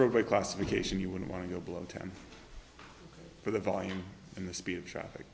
roadway classification you wouldn't want to go below ten for the volume and the speed of traffic